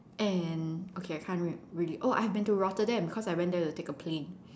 and okay I can't really oh I've been to Rotterdam because I went there to take a plane